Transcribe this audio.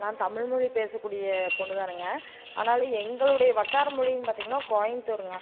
நான் தமிழ்மொழி பேசக்கூடிய பொண்ணுதானுங்க ஆனாலும் எங்களுடைய வட்டார மொழின்னு பார்த்தீங்கன்னா கோயம்புத்தூருங்க